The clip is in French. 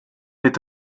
est